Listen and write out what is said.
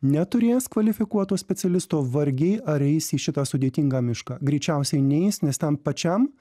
neturės kvalifikuoto specialisto vargiai ar eis į šitą sudėtingą mišką greičiausiai neis nes ten pačiam